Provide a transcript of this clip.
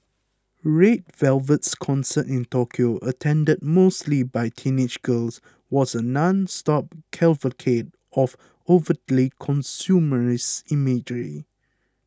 Red Velvet's concert in Tokyo attended mostly by teenage girls was a nonstop cavalcade of overtly consumerist imagery